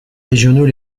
régionaux